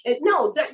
No